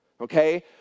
okay